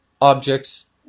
objects